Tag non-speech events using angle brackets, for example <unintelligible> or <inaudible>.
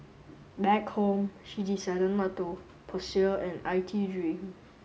back home she decided not to pursue an I T <unintelligible>